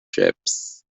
ships